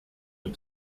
but